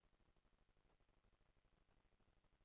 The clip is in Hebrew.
בעד,